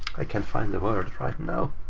i can't find the word right now.